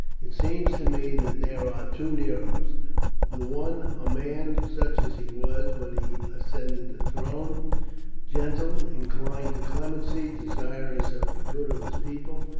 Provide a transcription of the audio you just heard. it seems to me that there are two neros the one a man such as he was when he ascended the throne gentle inclined to clemency desirous of the good of his people,